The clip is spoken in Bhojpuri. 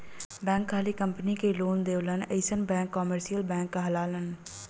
बैंक खाली कंपनी के लोन देवलन अइसन बैंक कमर्सियल बैंक कहलालन